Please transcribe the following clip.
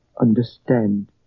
understand